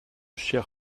cher